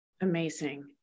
Amazing